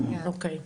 אוקיי.